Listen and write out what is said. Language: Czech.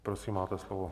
Prosím, máte slovo.